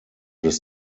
des